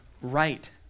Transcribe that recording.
right